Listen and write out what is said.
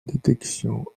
détection